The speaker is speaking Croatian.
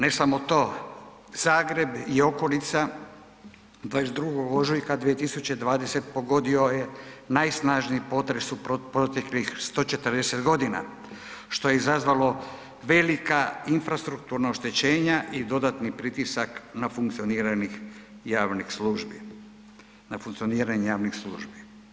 Ne samo to, Zagreb i okolica 22. ožujka 2020. pogodio je najsnažniji potres u proteklih 140.g., što je izazvalo velika infrastrukturna oštećenja i dodatni pritisak na funkcioniranih javnih službi, na funkcioniranje javnih službi.